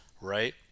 right